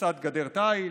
ופריסת גדר תיל,